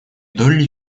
долли